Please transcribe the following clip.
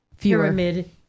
pyramid